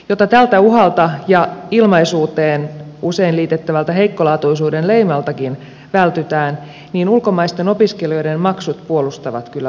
jotta tältä uhalta ja ilmaisuuteen usein liitettävältä heikkolaatuisuuden leimaltakin vältytään niin ulkomaisten opiskelijoiden maksut puolustavat kyllä paikkaansa